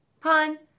pun